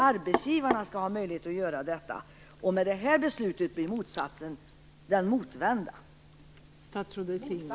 Arbetsgivarna skall ha möjlighet att göra detta. Med det här beslutet blir resultatet det motsatta.